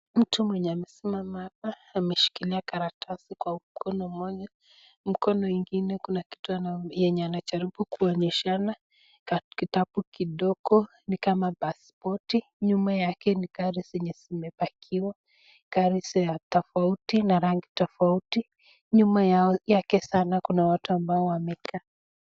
Mtu mwenye amesimama hapa ameshikilia karatasi kwa mkono moja mkono ingine kuna kitu yenye anajaribu kuonyeshana kitabu kidogo ni kama paspoti nyuma yake ni gari zenye zimepakiwa gari tofauti na rangi tofauti nyuma yake sana kuna watu ambao wamekaa.